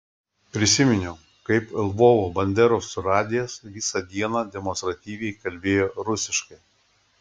prisiminiau kaip lvovo banderovcų radijas visą dieną demonstratyviai kalbėjo rusiškai